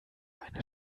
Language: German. eine